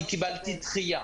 אני קיבלתי דחייה